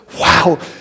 wow